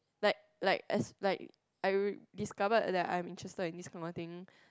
like like as like I will discovered that I am interested in this kind of thing